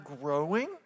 growing